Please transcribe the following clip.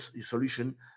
solution